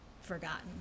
forgotten